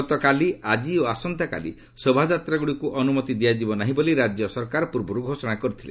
ଗତକାଲି ଆଜି ଓ ଆସନ୍ତାକାଲି ଶୋଭାଯାତ୍ରାଗୁଡ଼ିକୁ ଅନୁମତି ଦିଆଯିବ ନାହିଁ ବୋଲି ରାଜ୍ୟ ସରକାର ପୂର୍ବରୁ ଘୋଷଣା କରିଥିଲେ